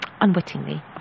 Unwittingly